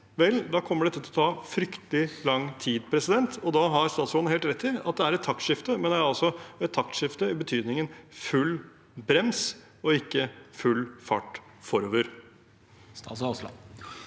Vel, da kommer dette til å ta fryktelig lang tid. Da har statsråden helt rett i at det er et taktskifte, men det er altså et taktskifte i betydningen full brems og ikke full fart forover. Statsråd Terje Aasland